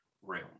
Room